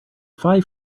five